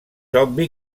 obvi